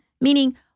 meaning